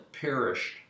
perished